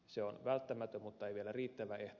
se on välttämätön mutta ei vielä riittävä ehto